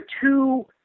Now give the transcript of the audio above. two